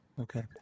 Okay